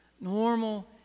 normal